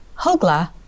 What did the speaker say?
Hogla